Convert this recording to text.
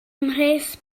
mhres